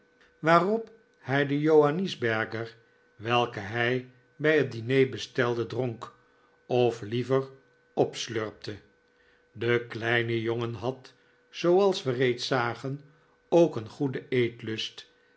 waarop hij den johannisberger welken hij bij het diner bestelde dronk of liever opslurpte de kleine jongen had zooals we reeds zagen ook een goeden eetlust